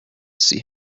see